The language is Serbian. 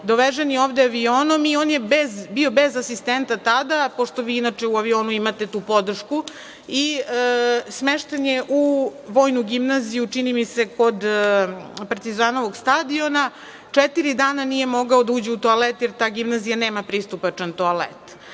doveženi ovde avionom i on je bio bez asistenta tada, pošto vi u avionu inače imate tu podršku, i smešten je u Vojnu gimnaziju, čini mi se, kod Partizanovog stadiona. Četiri dana nije mogao da uđe u toalet, jer ta gimnazija nema pristupačan toalet.